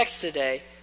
today